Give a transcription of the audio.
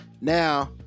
Now